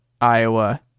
Iowa